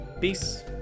Peace